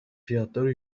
fiyatları